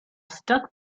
stuck